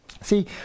see